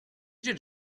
did